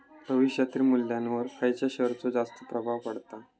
भविष्यातील मुल्ल्यावर खयच्या शेयरचो जास्त प्रभाव पडता?